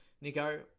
Nico